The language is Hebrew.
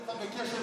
אותך בקשב רב.